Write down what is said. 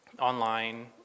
online